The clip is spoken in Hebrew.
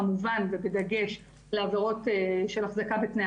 כמובן זה בדגש לעבירות של אחזקה בתנאי